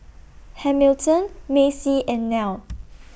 Hamilton Macey and Nell